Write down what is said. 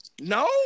No